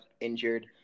injured